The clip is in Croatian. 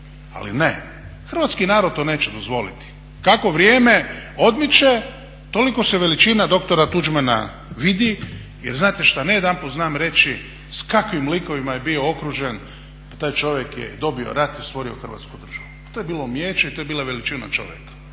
ali ne, hrvatski narod to neće dozvoliti. Kako vrijeme odmiče toliko se veličina dr. Tuđmana vidi. Jer znate šta? Ne jedanput znam reći, s kakvim likovima je bio okružen, pa taj čovjek je dobio rat i stvorio Hrvatsku državu. Pa to je bilo umijeće i to je bila veličina čovjeka.